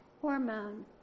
hormone